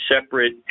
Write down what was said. separate